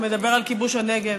שמדבר על כיבוש הנגב,